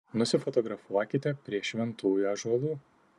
nusifotografuokite prie šventųjų ąžuolų